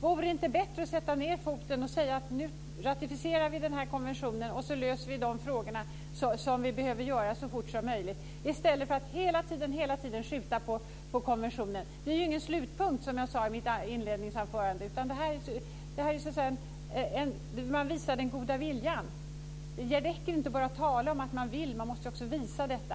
Vore det inte bättre att sätta ned foten och säga att konventionen ska ratificeras och att frågorna ska lösas så fort som möjligt, i stället för att hela tiden skjuta konventionen framåt? Jag sade i mitt inledningsanförande att den inte är någon slutpunkt, utan här är det fråga om att visa den goda viljan. Det räcker inte med att tala om att man vill, utan man måste också visa detta.